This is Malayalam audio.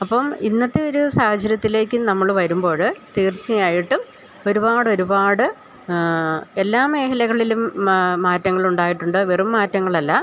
അപ്പോള് ഇന്നത്തെ ഒരു സാഹചര്യത്തിലേക്കു നമ്മള് വരുമ്പോള് തീർച്ചയായിട്ടും ഒരുപാടൊരുപാട് എല്ലാ മേഖലകളിലും മാറ്റങ്ങളുണ്ടായിട്ടുണ്ട് വെറും മാറ്റങ്ങളല്ല